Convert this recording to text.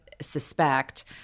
suspect